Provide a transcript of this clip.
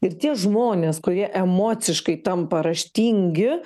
ir tie žmonės kurie emociškai tampa raštingi